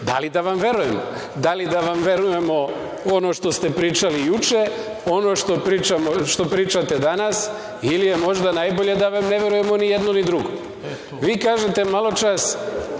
da li da vam verujemo? Da li da vam verujemo ono što ste pričali juče, ono što pričate danas ili je možda najbolje da vam ne verujemo ni jedno ni drugo? Vi kažete maločas